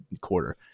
quarter